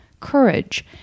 courage